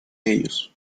ellos